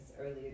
earlier